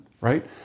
right